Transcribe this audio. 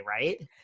right